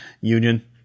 union